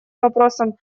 вопросам